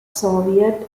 soviet